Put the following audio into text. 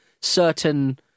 certain